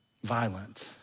violent